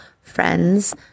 friends